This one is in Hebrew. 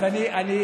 בסדר, אז אני מסיים.